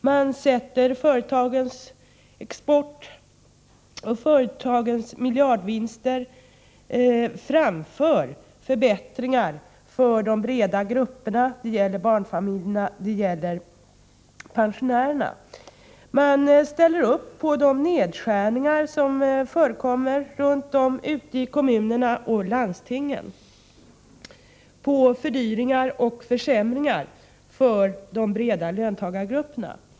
Man sätter företagens export och företagens miljardvinster framför förbättringar för de breda grupperna — barnfamiljerna och pensionärerna. Man ställer sig bakom kraven runt om i kommunerna och landstingen på nedskärningar, fördyringar och försämringar för de breda löntagargrupperna.